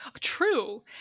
True